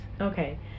Okay